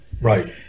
right